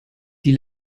die